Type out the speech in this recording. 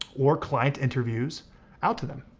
or client interviews out to them.